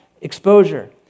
exposure